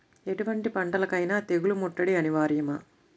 ఎటువంటి పంటలకైన తెగులు ముట్టడి అనివార్యమా?